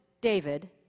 David